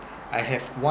I have on